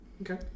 Okay